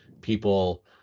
people